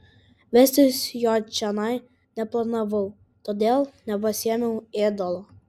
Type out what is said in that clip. vestis jo čionai neplanavau todėl nepasiėmiau ėdalo